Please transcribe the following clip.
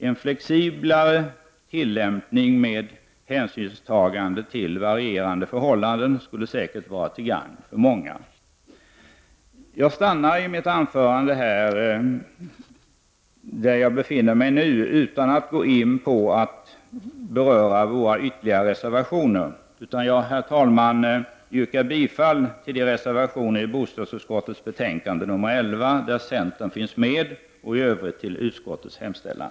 En flexiblare tillämpning med hänsynstagande till varierande förhållanden skulle säkert vara till gagn för många. Jag avslutar mitt anförande här och går inte in på våra ytterligare reservationer. Herr talman! Jag yrkar bifall till de reservationer i bostadsutskottets betänkande nr 11 där centern finns med och i övrigt till utskottets hemställan.